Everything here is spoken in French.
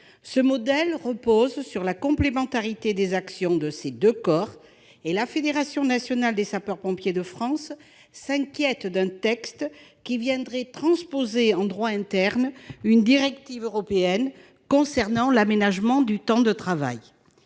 Ce modèle repose sur la complémentarité des actions de ces deux corps. Or la Fédération nationale des sapeurs-pompiers de France s'inquiète d'un texte qui viendrait transposer en droit interne une directive européenne relative à l'aménagement du temps de travail.